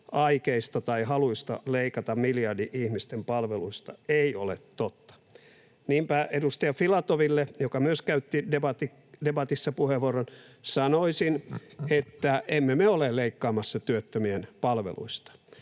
aikeista tai haluista leikata miljardi ihmisten palveluista ei ole totta. Niinpä edustaja Filatoville, joka myös käytti debatissa puheenvuoron, sanoisin, että emme me ole leikkaamassa työttömien palveluista.